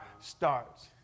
starts